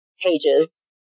pages